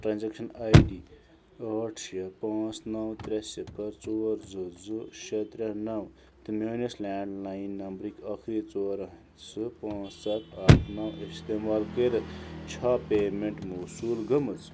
transaction I D ٲٹھ شےٚ پانٛژھ نَو ترٛےٚ صفر ژور زٕ زٕ شےٚ ترٛےٚ نَو تہٕ میٛٲنس لینٛڈ لاین نمبرٕکۍ ٲخٕری ژور پانٛژھ ستھ اکھ نَو استعمال کٔرتھ چھا پیمیٚنٛٹ موصول گٔمٕژ